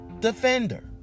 defender